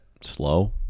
slow